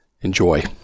Enjoy